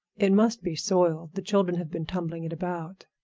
it must be soiled the children have been tumbling it about.